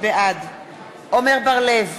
בעד עמר בר-לב,